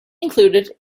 included